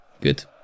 good